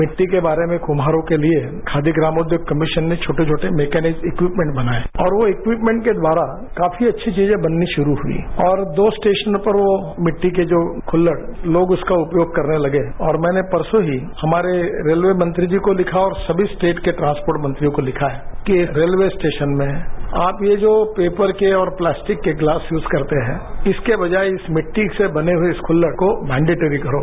मिट्टी के बारे में कुम्हारों के लिए खादी ग्रामोद्योग कमीशन ने छोटे छोटे मैकेनिक्ज एक्यूमेंट बनाए और वो एक्यूमेंट के द्वारा काफी अच्छी चीजें बननी शुरू हुई और दो स्टेशनों पर मिट्टी के जो कृत्हड़ लोग उसका उपयोग करने लगे और मैंने परसों ही हमारे रेलवे मंत्री जी को लिखा और सभी स्टेट के ट्रांसपोर्ट मंत्रियों को लिखा है कि रेलवे स्टेशन में आप ये जो पेपर के और प्लास्टिक के गिलास यूज करते हैं इसके बजाय इस मिट्टी से बने हुए इस कुल्लड़ को मेंडेटरी करो